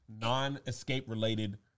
non-Escape-related